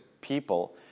people